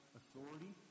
authority